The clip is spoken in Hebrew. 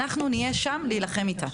אנחנו נהיה שם להילחם איתה.